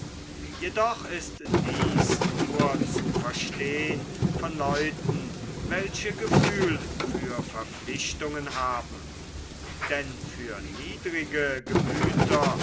jedoch ist dies nur zu verstehn von leuten welche gefühl für verpflichtungen haben denn für niedrige gemüther